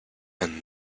and